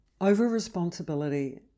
Over-responsibility